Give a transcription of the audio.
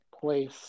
place